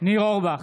ניר אורבך,